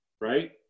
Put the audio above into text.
Right